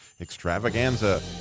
Extravaganza